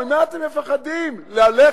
ממה אתם מפחדים?